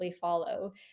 follow